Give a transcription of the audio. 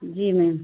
जी ma'am